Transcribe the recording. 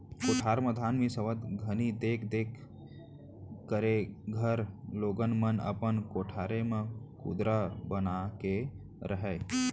कोठार म धान मिंसावत घनी देख देख करे घर लोगन मन अपन कोठारे म कुंदरा बना के रहयँ